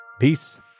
Peace